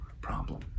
problem